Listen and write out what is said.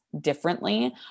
differently